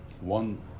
One